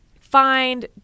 find